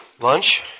Lunch